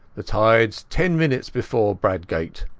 the tideas ten minutes before bradgate